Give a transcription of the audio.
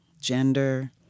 gender